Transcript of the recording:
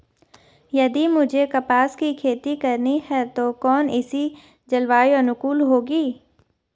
यदि मुझे कपास की खेती करनी है तो कौन इसी जलवायु अनुकूल होगी?